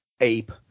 ape